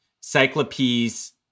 Cyclopes